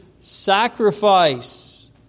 sacrifice